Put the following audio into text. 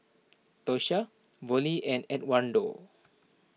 Tosha Vollie and Edwardo